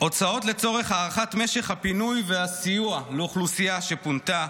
הוצאות לצורך הארכת משך הפינוי והסיוע לאוכלוסייה שפונתה,